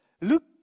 Look